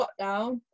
lockdown